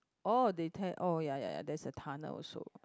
oh they tear oh ya ya ya there's a tunnel also